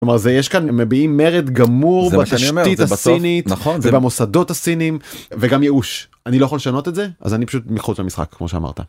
אז יש כאן מביאים מרד גמור בתשתית הסינית נכון זה במוסדות הסינים וגם ייאוש אני לא יכול לשנות את זה אז אני פשוט מחוץ למשחק כמו שאמרת.